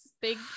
big